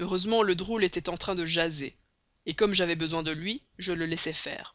heureusement le drôle était en train de jaser comme j'avais besoin de lui je le laissais faire